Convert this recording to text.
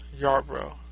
Yarbrough